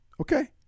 Okay